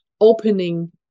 opening